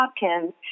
Hopkins